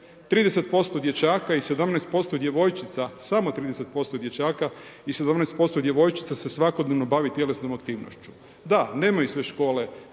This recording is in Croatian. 30% dječaka i 17% djevojčica samo 30% dječaka, i 17% djevojčica se svakodnevno bavi tjelesnom aktivnošću. Da, nemaju sve škole